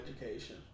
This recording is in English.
education